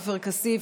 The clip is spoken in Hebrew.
עופר כסיף,